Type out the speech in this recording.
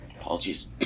apologies